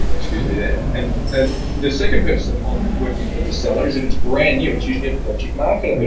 excuse me there. and ah the second person on working for the seller is, if it's brand new, it's usually a project market. i mean